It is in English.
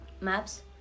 maps